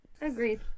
Agreed